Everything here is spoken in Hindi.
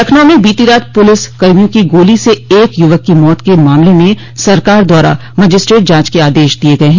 लखनऊ में बीती रात पुलिस कर्मियों की गोली से एक युवक की मौत के मामले में सरकार द्वारा मजिस्ट्रेट जांच के आदेश दे दिये गये हैं